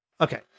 Okay